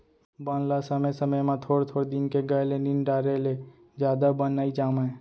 बन ल समे समे म थोर थोर दिन के गए ले निंद डारे ले जादा बन नइ जामय